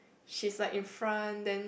she's like in front then